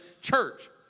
church